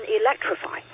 electrify